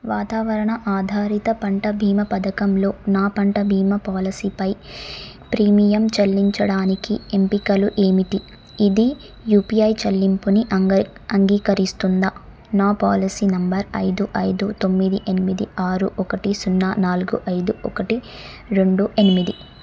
వాతావరణ ఆధారిత పంట బీమా పథకంలో నా పంట బీమా పాలసీపై ప్రీమియం చెల్లించడానికి ఎంపికలు ఏమిటి ఇది యూపీఐ చెల్లింపుని అంగై అంగీకరిస్తుందా నా పాలసీ నంబర్ ఐదు ఐదు తొమిది ఎనిమిది ఆరు ఒకటి సున్నా నాలుగు ఐదు ఒకటి రెండు ఎనిమిది